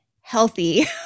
healthy